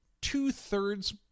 two-thirds